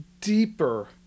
deeper